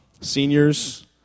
Seniors